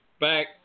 back